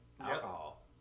alcohol